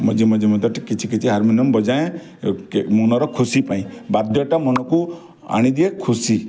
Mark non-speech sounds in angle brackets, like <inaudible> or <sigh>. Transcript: ମଝି ମଝି ମଧ୍ୟ ଟିକେ କିଛି କିଛି ହାରମୋନିୟମ୍ ବଜାଏ <unintelligible> ମନର ଖୁସି ପାଇଁ ବାଦ୍ୟଟା ମନକୁ ଆଣିଦିଏ ଖୁସି